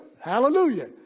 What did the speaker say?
Hallelujah